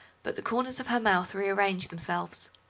but the corners of her mouth rearranged themselves.